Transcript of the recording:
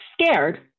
scared